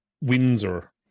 Windsor